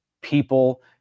people